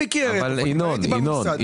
ינון,